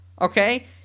Okay